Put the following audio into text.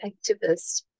activists